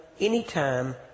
anytime